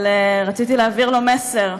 אבל רציתי להעביר לו מסר: